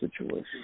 situation